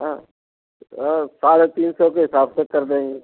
हाँ साढ़े तीन सौ के हिसाब से कर देंगे